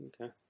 okay